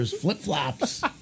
flip-flops